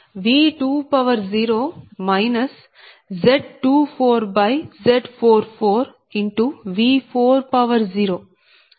0 j0